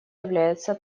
является